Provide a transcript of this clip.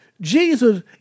Jesus